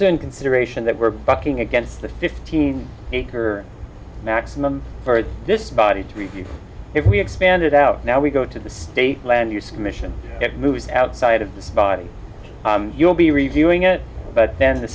in consideration that we're bucking against a fifteen acre maximum for this body to review if we expand it out now we go to the state land use commission move outside of this body you'll be reviewing it but then the